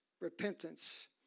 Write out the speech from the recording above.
repentance